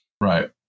Right